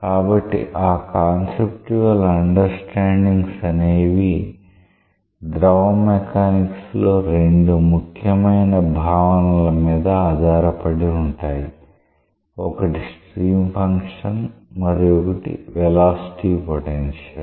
కాబట్టి ఆ conceptual understandings అనేవి ద్రవ మెకానిక్స్ లో రెండు ముఖ్యమైన భావనల మీద ఆధారపడి ఉన్నాయి ఒకటి స్ట్రీమ్ ఫంక్షన్ మరొకటి వెలాసిటీ పొటెన్షియల్